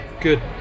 good